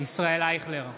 ישראל אייכלר,